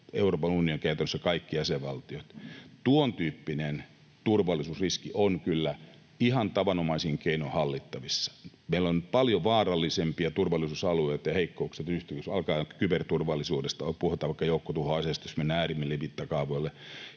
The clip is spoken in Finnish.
Euroopan unionin kaikissa jäsenvaltioissa kyllä ihan tavanomaisin keinoin hallittavissa. Meillä on paljon vaarallisempia turvallisuusalueita ja ‑heikkouksia, alkaen kyberturvallisuudesta, ja puhutaan vaikka joukkotuhoaseista, jos mennään äärimmille mittakaavoille,